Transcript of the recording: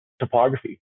topography